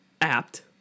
apt